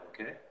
Okay